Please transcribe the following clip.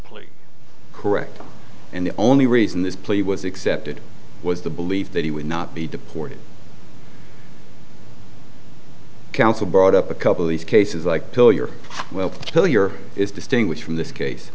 plea correct and the only reason this plea was accepted was the belief that he would not be deported counsel brought up a couple of these cases like tell your wealth tell your is distinguished from this case